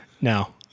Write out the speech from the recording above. no